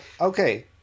okay